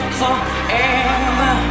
forever